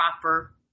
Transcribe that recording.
proper